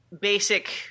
basic